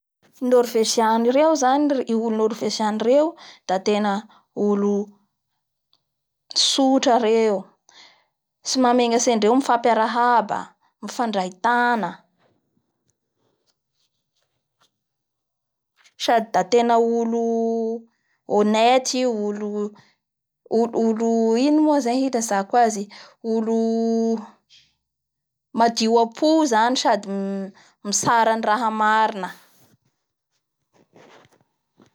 Lafa tonga amindreo agny koa zany tena aza atao mihintsy zany ny manao fihetsiky mifaneoneho fitiava amson'olo egny fa tena tsy mety amindreo zay satria andreo zany tena manaja an'izay raha zay da mba tsy hanfitohy andreo zany da ka atao zay raha zay.